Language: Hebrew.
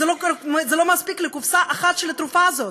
זה לא מספיק לקופסה אחת של התרופה הזאת,